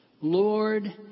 Lord